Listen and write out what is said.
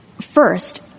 First